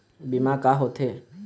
बीमा का होते?